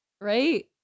right